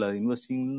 investing